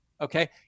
okay